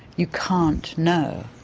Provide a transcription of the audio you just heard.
you can't know.